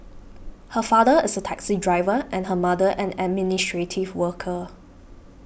her father is a taxi driver and her mother an administrative worker